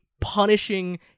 punishing